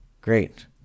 Great